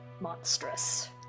monstrous